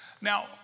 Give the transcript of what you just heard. Now